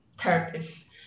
therapist